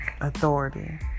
authority